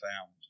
found